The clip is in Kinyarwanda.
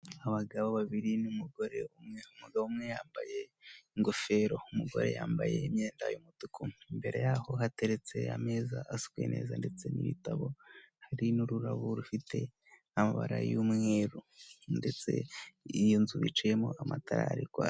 Abagabo babiri n'umugore umwe umugabo umwe yambaye ingofero, umugore yambaye imyenda y'umutuku imbere yaho hateretse ameza asa neza ndetse n'ibitabo hari n'ururabo rufite amabara y'umweru ndetse n'iyo nzu bicayemo amatara arikwaka.